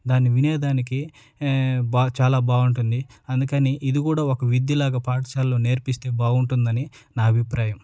దాన్ని వినేదానికి బాగ చాలా బాగుంటుంది అందుకని ఇది కూడా ఒక విద్యలాగా పాఠశాల్లో నేర్పిస్తే బాగుంటుందని నా అభిప్రాయం